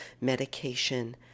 medication